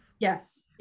Yes